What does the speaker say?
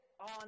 on